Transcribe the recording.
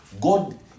God